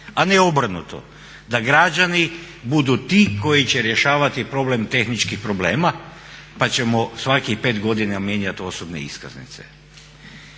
a ne obrnuto, da građani budu ti koji će rješavati problem tehničkih problema pa ćemo svakih 5 godina mijenjati osobne iskaznice.